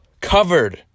covered